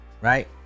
right